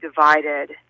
divided